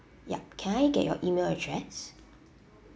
yup can I get your email address